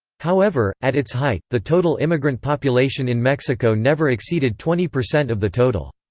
however, at its height, the total immigrant population in mexico never exceeded twenty percent of the total.